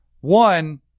One